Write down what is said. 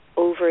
over